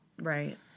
Right